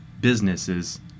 businesses